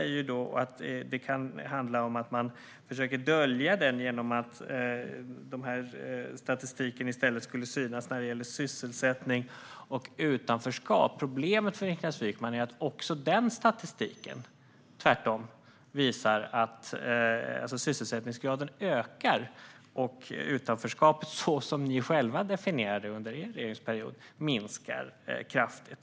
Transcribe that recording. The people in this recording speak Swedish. Niklas Wykman säger att det kan handla om att man försöker att dölja arbetslösheten och att statistiken i stället skulle synas när det gäller sysselsättning och utanförskap. Problemet för Niklas Wykman är att också den statistiken tvärtom visar att sysselsättningsgraden ökar och att utanförskapet, så som ni själva definierade det under er regeringsperiod, minskar kraftigt.